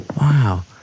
Wow